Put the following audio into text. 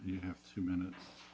you have two minutes